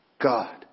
God